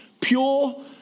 pure